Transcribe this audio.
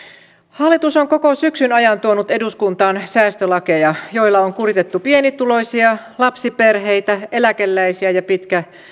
hallitus on koko syksyn ajan tuonut eduskuntaan säästölakeja joilla on kuritettu pienituloisia lapsiperheitä eläkeläisiä ja